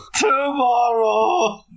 Tomorrow